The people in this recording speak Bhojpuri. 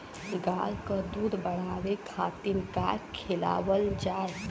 गाय क दूध बढ़ावे खातिन का खेलावल जाय?